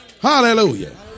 Hallelujah